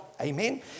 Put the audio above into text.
amen